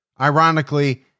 Ironically